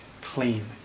clean